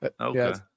Okay